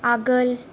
आगोल